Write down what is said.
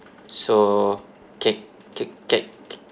so kay c~ ca~